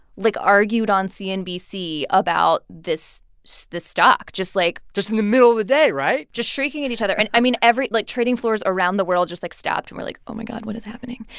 like, argued on cnbc about this so stock. just like. just in the middle of the day, right? just shrieking at each other. and, i mean, every like, trading floors around the world just, like, stopped and were like, oh, my god, what is happening?